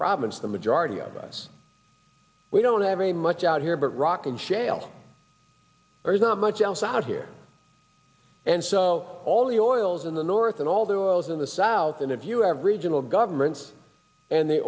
province the majority of us we don't have a much out here but rock and shale there's not much else out here and so all the oil's in the north and all the oil is in the south and if you have regional governments and the